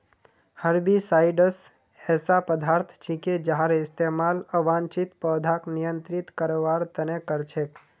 herbicides ऐसा पदार्थ छिके जहार इस्तमाल अवांछित पौधाक नियंत्रित करवार त न कर छेक